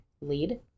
lead